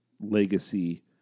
legacy